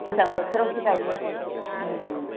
गोजां बोथोरावसो गाइयो